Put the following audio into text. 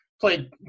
played